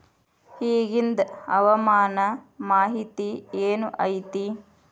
ಇಗಿಂದ್ ಹವಾಮಾನ ಮಾಹಿತಿ ಏನು ಐತಿ?